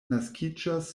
naskiĝas